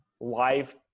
live